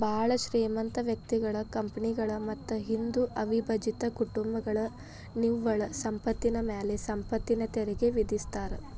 ಭಾಳ್ ಶ್ರೇಮಂತ ವ್ಯಕ್ತಿಗಳ ಕಂಪನಿಗಳ ಮತ್ತ ಹಿಂದೂ ಅವಿಭಜಿತ ಕುಟುಂಬಗಳ ನಿವ್ವಳ ಸಂಪತ್ತಿನ ಮ್ಯಾಲೆ ಸಂಪತ್ತಿನ ತೆರಿಗಿ ವಿಧಿಸ್ತಾರಾ